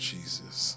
Jesus